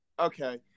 Okay